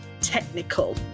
technical